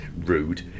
rude